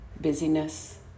Busyness